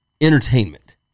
entertainment